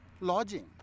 lodging